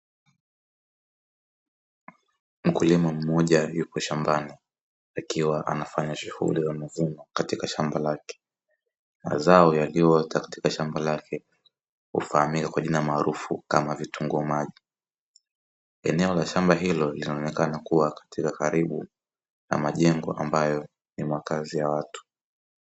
Mkulima moja aliopo shambani akiwa anafanya shughuli za mavuno katika shamba lake. mazao yaliyoota katika shamba lake hufahamika kwa jina maarufu kama vitunguu maji. eneo la shamba linaonekana kama karibu na majengo ambayo ni makazi ya watu.